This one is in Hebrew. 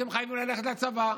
אתם חייבים ללכת לצבא?